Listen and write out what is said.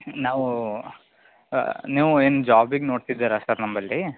ನಾವು ನೀವು ಏನು ಜಾಬಿಗೆ ನೋಡ್ತಿದ್ದೀರಾ ಸರ್ ನಮ್ಮಲ್ಲಿ